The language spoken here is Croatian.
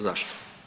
Zašto?